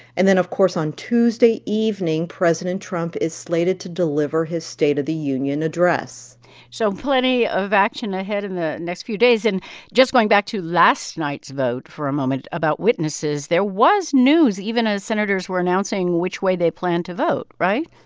and then, of course, on tuesday evening, president trump is slated to deliver his state of the union address so plenty of action ahead in the next few days. and just going back to last night's vote for a moment about witnesses, there was news even as senators were announcing which way they planned to vote, right?